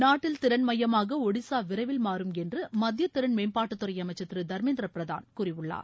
நாட்டில் திறன் மையமாக ஒடிசா விரைவில் மாறும் என்று மத்திய திறன் மேம்பாட்டுத்துறை அமைச்சர் திரு தர்மேந்திர பிரதான் கூறியுள்ளார்